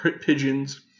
pigeons